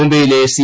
മുംബൈ യിലെ സി